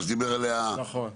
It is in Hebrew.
נכון.